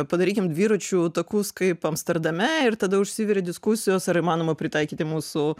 padarykim dviračių takus kaip amsterdame ir tada užsiveria diskusijos ar įmanoma pritaikyti mūsų